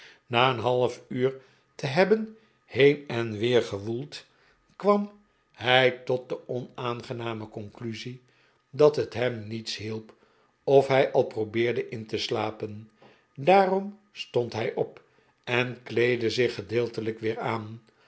na een half uur te hebben heen en weer gewoeld kwam hij tot de onaangename conclusie dat het hem niets hielp of hij al probeerde in te slapen daarom stond hij op en kleedde zich gedeeltelijk weer aan